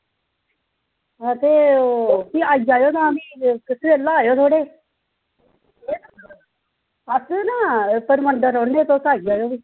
ते भी आई जायो भी थोह्ड़े सबेल्ला गै आई जायो अस ना परमंडल रौह्ने तुस आई जायो भी